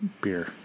beer